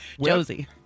Josie